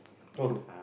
no who